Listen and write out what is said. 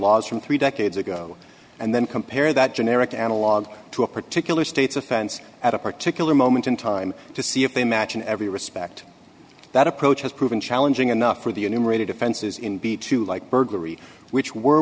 laws from three decades ago and then compare that generic analog to a particular state's offense at a particular moment in time to see if they match in every respect that approach has proven challenging enough for the union rate offenses in b to like burglary which w